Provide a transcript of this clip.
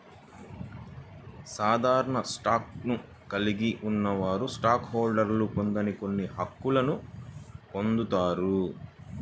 సాధారణ స్టాక్ను కలిగి ఉన్నవారు స్టాక్ హోల్డర్లు పొందని కొన్ని హక్కులను పొందుతారు